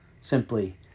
simply